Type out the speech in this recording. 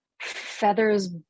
feathers